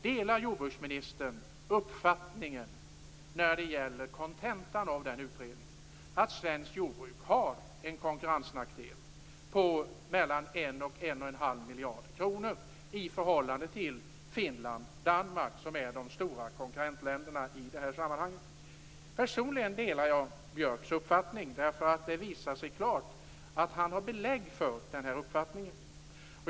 Delar jordbruksministern uppfattningen när det gäller kontentan av den utredningen, att svenskt jordbruk har en konkurrensnackdel motsvarande 1-1 1⁄2 miljard kronor i förhållande till Finland och Danmark, som är de stora konkurrentländerna? Personligen delar jag Björks uppfattning, därför att det visar sig klart att han har belägg för denna uppfattning.